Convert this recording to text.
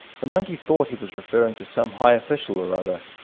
the monkey thought he was referring to some high official or other,